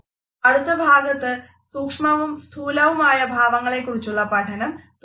അടുത്ത ഭാഗത്ത് സൂക്ഷ്മവും സ്ഥൂലവുമായ മുഖഭാവങ്ങളെക്കുറിച്ചുള്ള പഠനം തുടരാം